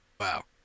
Wow